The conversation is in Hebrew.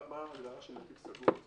מה ההגדרה של נתיב סגור?